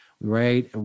right